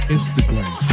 Instagram